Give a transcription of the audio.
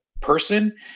person